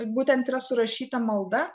būtent yra surašyta malda